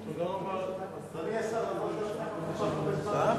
אתה מסתפק בתשובת השר?